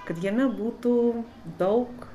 kad jame būtų daug